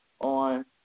on